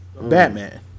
Batman